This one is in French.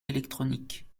électronique